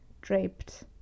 draped